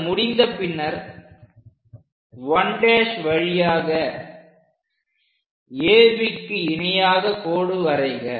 அது முடிந்த பின்னர் 1' வழியாக ABக்கு இணையாக கோடு வரைக